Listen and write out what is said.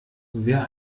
wer